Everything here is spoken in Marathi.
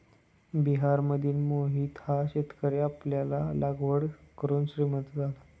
बिहारमधील मोहित हा शेतकरी आल्याची लागवड करून श्रीमंत झाला